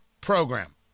program